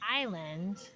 island